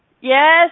Yes